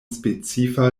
specifa